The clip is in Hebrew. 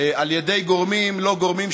על ידי גורמים-לא גורמים,